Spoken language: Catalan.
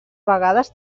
vegades